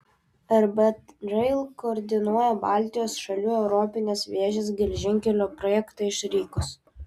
rb rail koordinuoja baltijos šalių europinės vėžės geležinkelio projektą iš rygos